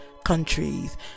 countries